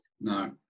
No